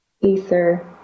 ether